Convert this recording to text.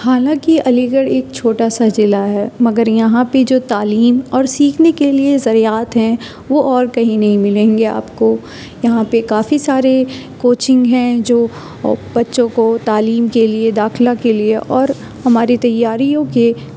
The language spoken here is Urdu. حالاںکہ علی گڑھ ایک چھوٹا سا ضلع ہے مگر یہاں پہ جو تعلیم اور سیکھنے کے لیے ذریعات ہیں وہ اور کہیں نہیں ملیں گے آپ کو یہاں پہ کافی سارے کوچنگ ہیں جو بچوں کو تعلیم کے لیے داخلہ کے لیے اور ہماری تیاریوں کے